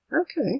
Okay